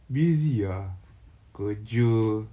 busy ah kerja